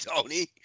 Tony